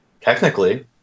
Technically